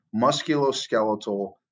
musculoskeletal